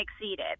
exceeded